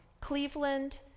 Cleveland